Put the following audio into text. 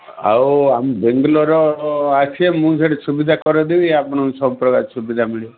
ଆଉ ଆମ ବେଙ୍ଗଲୋର ଆସିବେ ମୁଁ ସେଇଠି ସୁବିଧା କରିଦେବି ଆପଣଙ୍କୁ ସବୁ ପ୍ରକାର ସୁବିଧା ମିଳିବ